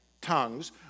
tongues